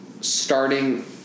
starting